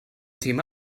thema